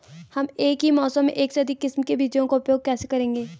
हम एक ही मौसम में एक से अधिक किस्म के बीजों का उपयोग कैसे करेंगे?